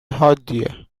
حادیه